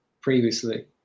previously